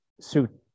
suit